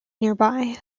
nearby